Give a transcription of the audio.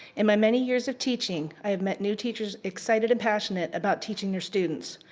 in my many years of teaching, i have met new teachers, excited and passionate, about teaching their students.